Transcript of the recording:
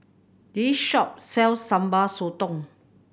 this shop sells Sambal Sotong